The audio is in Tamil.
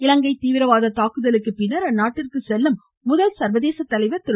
இலங்கை தீவிரவாத தாக்குதலுக்கு பின்னர் அந்நாட்டிற்கு செல்லும் முதல் சர்வதேச தலைவர் திரு